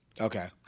Okay